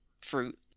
fruit